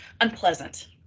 unpleasant